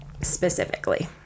specifically